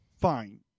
Fine